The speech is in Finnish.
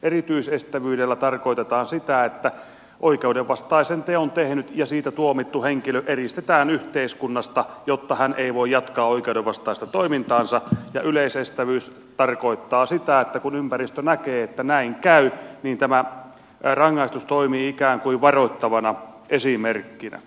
erityisestävyydellä tarkoitetaan sitä että oikeudenvastaisen teon tehnyt ja siitä tuomittu henkilö eristetään yhteiskunnasta jotta hän ei voi jatkaa oikeudenvastaista toimintaansa ja yleisestävyys tarkoittaa sitä että kun ympäristö näkee että näin käy niin tämä rangaistus toimii ikään kuin varoittavana esimerkkinä